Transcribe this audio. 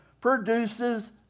produces